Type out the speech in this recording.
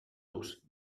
ous